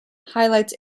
highlights